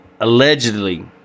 allegedly